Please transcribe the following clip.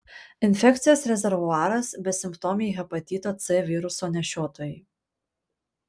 infekcijos rezervuaras besimptomiai hepatito c viruso nešiotojai